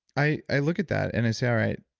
i i look at that and i say, all right,